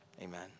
Amen